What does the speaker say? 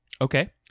Okay